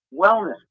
wellness